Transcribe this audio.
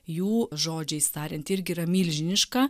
jų žodžiais tariant irgi yra milžiniška